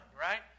right